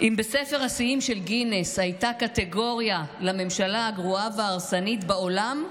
אם בספר השיאים של גינס הייתה קטגוריה לממשלה הגרועה וההרסנית בעולם,